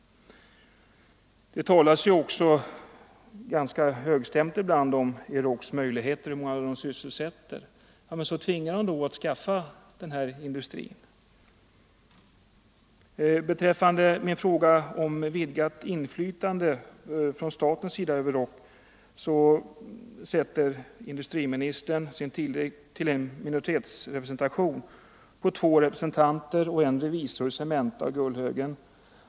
Det talas ibland ganska högstämt om Eurocs möjligheter och om hur många företaget sysselsätter. Ja, men tvinga då Euroc att skaffa den önskade industrin. Vad det gäller vidgat inflytande från statens sida över Euroc sätter industriministern sin tillit till en minoritetsrepresentation, bestående av två representanter och en revisor i Cementa och Gullhögen.